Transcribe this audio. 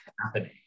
happening